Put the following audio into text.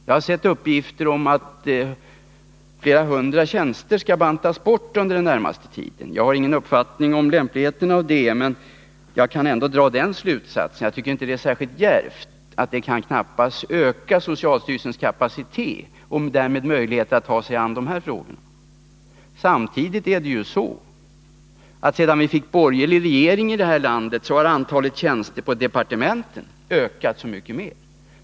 Jag har sett uppgifter om att flera hundra tjänster där skall bantas bort under den närmaste tiden. Jag har ingen uppfattning om lämpligheten av det, men jag kan dra den slutsatsen att det knappast kan öka socialstyrelsens kapacitet och därmed möjligheter att ta sig an de här frågorna. Samtidigt har ju, sedan vi fick en borgerlig regering här i landet, antalet tjänster på departementen ökat så mycket mer.